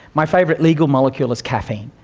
my favourite legal molecule is caffeine,